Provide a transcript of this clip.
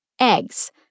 Eggs